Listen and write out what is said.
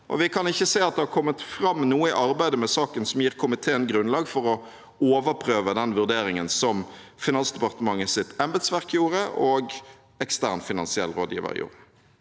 vi kan ikke se at det har kommet fram noe i arbeidet med saken som gir komiteen grunnlag for å overprøve den vurderingen som Finansdepartementets embetsverk gjorde, og den som ekstern finansiell rådgiver gjorde.